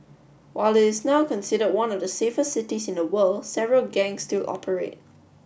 while it is now considered one of the safest cities in the world several gang still operate